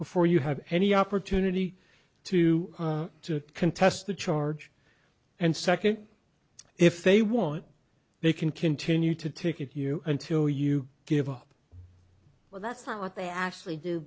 before you have any opportunity to to contest the charge and second if they want they can continue to ticket you until you give up well that's not what they actually do